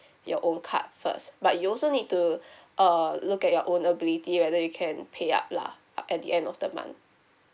your own card first but you also need to err look at your own ability whether you can pay up lah uh at the end of the month